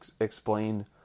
explain